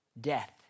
death